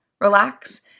relax